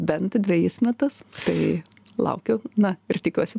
bent dvejis metus tai laukiu na ir tikiuosi